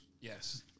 Yes